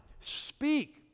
speak